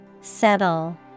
Settle